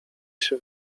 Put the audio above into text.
się